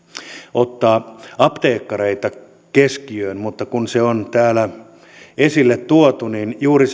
ottaa apteekkareita keskiöön mutta kun se on täällä esille tuotu niin juuri